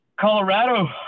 Colorado